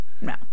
No